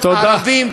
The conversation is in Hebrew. ערבים,